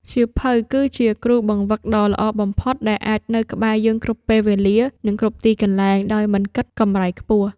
សៀវភៅ គឺជាគ្រូបង្វឹកដ៏ល្អបំផុតដែលអាចនៅក្បែរយើងគ្រប់ពេលវេលា និងគ្រប់ទីកន្លែងដោយមិនគិតកម្រៃខ្ពស់។